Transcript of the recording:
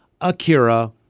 Akira